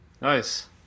Nice